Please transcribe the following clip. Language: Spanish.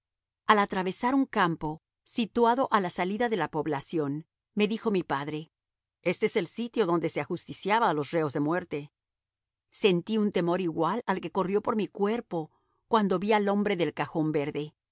al atravesar un campo situado a la salida de la población me dijo mi padre este es el sitio donde se ajusticiaba a los reos de muerte sentí un temblor igual al que corrió por mi cuerpo cuando vi al hombre del cajón verde